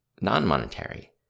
non-monetary